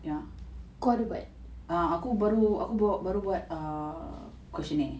ya ah aku baru aku baru buat err questionnaire